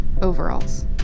overalls